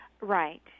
Right